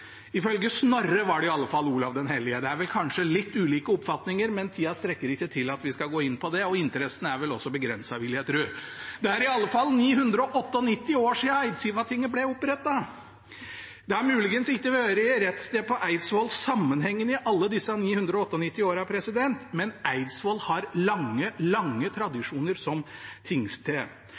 Det er vel kanskje litt ulike oppfatninger, men tida strekker ikke til for å gå inn på det, og interessen er vel også begrenset, vil jeg tro. Det er iallfall 998 år siden Eidsivatinget ble opprettet. Det har muligens ikke vært rettssted på Eidsvoll sammenhengende i alle disse 998 årene, men Eidsvoll har lange, lange tradisjoner som